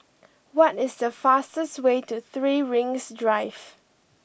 what is the fastest way to Three Rings Drive